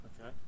Okay